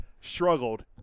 struggled